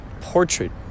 portrait